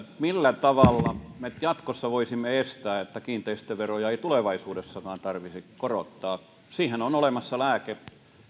millä tavalla me jatkossa voisimme varmistaa että kiinteistöveroja ei tulevaisuudessakaan tarvitsisi korottaa siihen on olemassa lääke